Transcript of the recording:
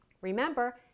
Remember